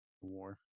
war